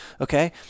okay